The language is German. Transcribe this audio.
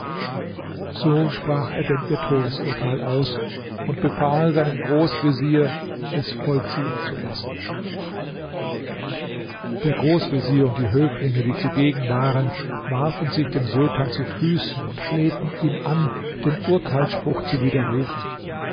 so sprach er denn ihr todesurteil aus und befahl seinem großvezier es vollziehen zu lassen der großvezier und die höflinge die zugegen waren warfen sich dem sultan zu füßen und flehten ihn an den urteilsspruch zu widerrufen